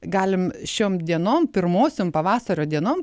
galim šiom dienom pirmosiom pavasario dienom